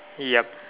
yup